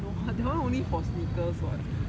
no [what] that one only for sneakers [what]